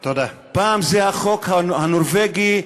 פעם זה החוק הנורבגי,